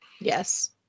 Yes